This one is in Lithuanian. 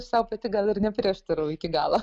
sau pati gal ir neprieštaravau iki galo